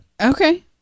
Okay